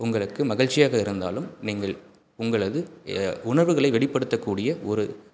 உங்களுக்கு மகிழ்ச்சியாக இருந்தாலும் நீங்கள் உங்களது உணர்வுகளை வெளிப்படுத்தக்கூடிய ஒரு